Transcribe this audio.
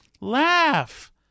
Laugh